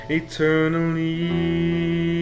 eternally